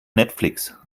netflix